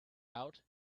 out